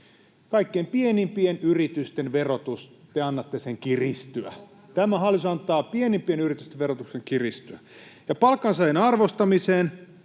Kaikkein pienimpien yritysten verotuksen te annatte kiristyä. [Vasemmalta: Ohhoh!] Tämä hallitus antaa pienimpien yritysten verotuksen kiristyä. Ja palkansaajien arvostamiseen: